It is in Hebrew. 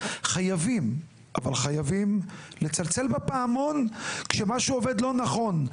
חייבים לצלצל בפעמון כשמשהו עובד לא נכון.